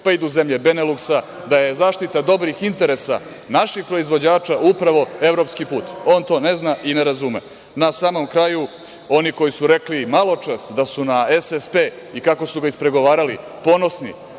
pa idu zemlje Beneluksa, da je zaštita dobrih interesa naših proizvođača upravo evropski put. On to ne zna i ne razume. Na samom kraju, oni koji su rekli maločas da su na SSP i kako su ga ispregovarali, alal